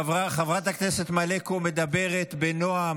חברת הכנסת מלקו מדברת בנועם,